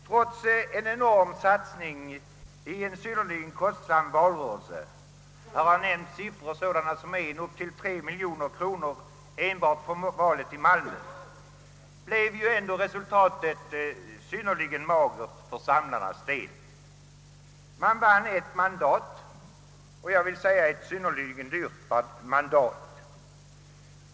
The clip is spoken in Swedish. Trots en enorm satsning i en synnerligen kostsam valrörelse — här har nämnts både 1 och 3 miljoner kronor enbart för valet i Malmö — blev ju resultatet synnerligen magert för samlarnas del. Man vann ett mandat — och jag vill säga ett synnerligen dyrt mandat.